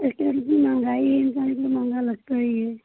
महंगाई है इंसान को महंगा लगता ही है